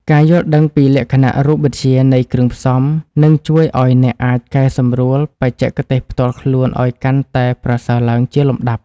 ការយល់ដឹងពីលក្ខណៈរូបវិទ្យានៃគ្រឿងផ្សំ នឹងជួយឱ្យអ្នកអាចកែសម្រួលបច្ចេកទេសផ្ទាល់ខ្លួនឱ្យកាន់តែប្រសើរឡើងជាលំដាប់។